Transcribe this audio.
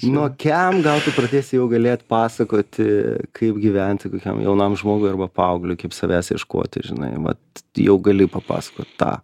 nuo kem gal tu pradėsi jau galėt pasakoti kaip gyventi kokiam jaunam žmogui arba paaugliui kaip savęs ieškoti žinai vat jau gali papasakot tą